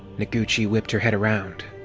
noguchi whipped her head around.